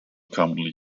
commonly